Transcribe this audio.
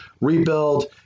rebuild